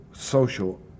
Social